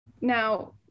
Now